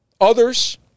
others